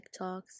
TikToks